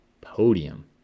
podium